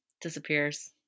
disappears